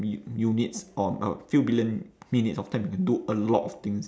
u~ units or a few billion minutes of time you can do a lot of things